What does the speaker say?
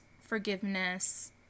forgiveness